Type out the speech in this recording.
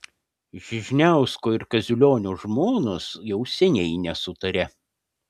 žižniausko ir kaziulionio žmonos jau seniai nesutaria